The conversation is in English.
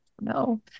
no